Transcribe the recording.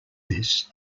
this